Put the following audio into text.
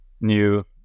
new